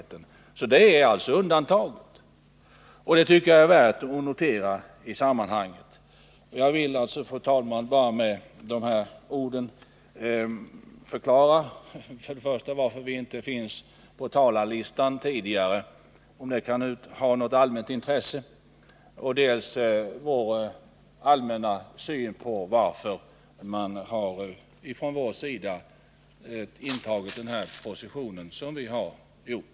Det är alltså undantaget. Det tycker jag är värt att notera i sammanhanget. Jag vill, fru talman, med dessa ord bara förklara dels varför centern inte finns med på talarlistan — om det kan ha något allmänt intresse — dels varför vi från centerns sida har intagit den position som vi har gjort.